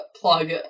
plug